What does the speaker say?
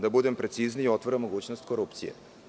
Da budem precizniji, otvara mogućnost korupcije.